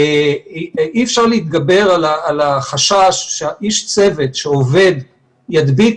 אי אפשר להתגבר על החשש שאיש הצוות שעובד ידביק